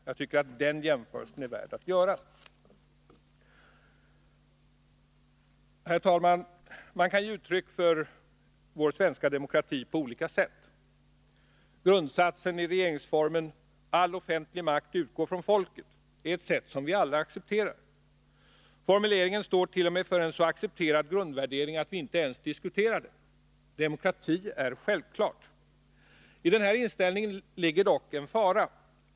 Den jämförelsen är enligt min mening värd att göra. Herr talman! Man kan ge uttryck för vår svenska demokrati på olika sätt. Ett sätt som vi alla accepterar uttrycks i grundsatsen i regeringsformen: All offentlig makt utgår från folket. Formuleringen står för en grundvärdering, som t.o.m. är så accepterad att vi inte ens diskuterar den. Demokrati är självklart. I denna inställning ligger dock en fara.